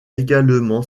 également